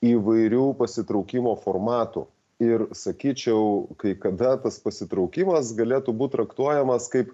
įvairių pasitraukimo formatų ir sakyčiau kai kada tas pasitraukimas galėtų būt traktuojamas kaip